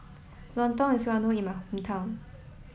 Lontong is well known in my hometown